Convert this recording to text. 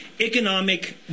economic